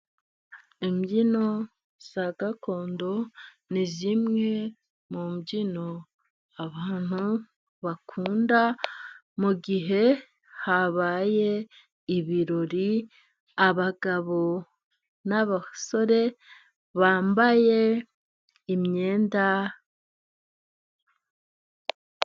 Imbyino za gakondo ,ni zimwe mu mbyino abantu bakunda mu gihe habaye ibirori, abagabo n'abasore bambaye imyenda.